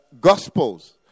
Gospels